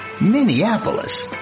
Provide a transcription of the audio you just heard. Minneapolis